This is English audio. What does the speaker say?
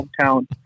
hometown